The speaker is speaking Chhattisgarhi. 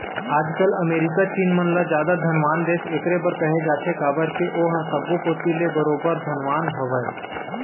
आज अमेरिका चीन मन ल जादा धनवान देस एकरे बर कहे जाथे काबर के ओहा सब्बो कोती ले बरोबर धनवान हवय